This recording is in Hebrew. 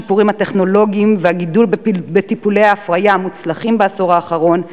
השיפורים הטכנולוגיים והגידול בטיפולי ההפריה המוצלחים בעשור האחרון,